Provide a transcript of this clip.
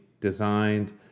designed